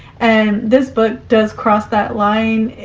and this book does cross that line.